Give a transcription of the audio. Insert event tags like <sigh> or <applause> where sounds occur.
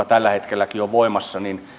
<unintelligible> tällä hetkelläkin ovat voimassa